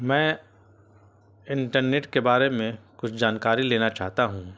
میں انٹرنیٹ کے بارے میں کچھ جانکاری لینا چاہتا ہوں